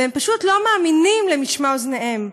והם פשוט לא מאמינים למשמע אוזניהם,